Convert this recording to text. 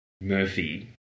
Murphy